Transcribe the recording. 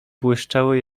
błyszczały